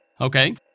Okay